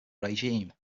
regime